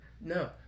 no